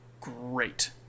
great